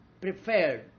prepared